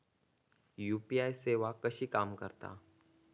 UPI सेवा कशी काम करता?